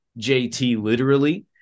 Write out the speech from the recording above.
jtliterally